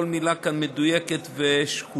כל מילה כאן מדויקת ושקולה,